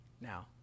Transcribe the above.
Now